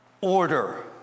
Order